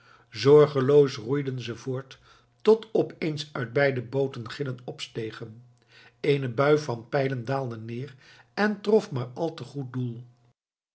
zorgeloos roeiden ze voort tot opeens uit beide booten gillen opstegen eene bui van pijlen daalde neer en trof maar al te goed doel